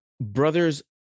brothers